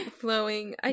flowing